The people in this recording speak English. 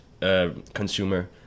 consumer